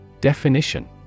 Definition